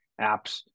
apps